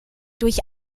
durch